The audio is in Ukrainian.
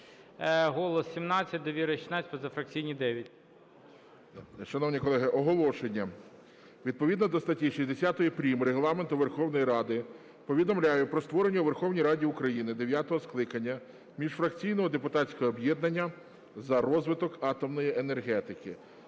СТЕФАНЧУК Р.О. 11:47:43 ГОЛОВУЮЧИЙ. Шановні колеги, оголошення. Відповідно до статті 60 прим. Регламенту Верховної Ради, повідомляю про створення у Верховній Раді України дев'ятого скликання міжфракційного депутатського об'єднання "За розвиток атомної енергетики".